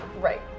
Right